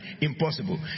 Impossible